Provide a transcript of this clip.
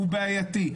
הוא בעייתי.